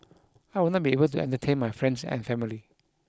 I will not be able to entertain my friends and family